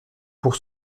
pour